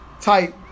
Type